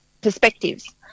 perspectives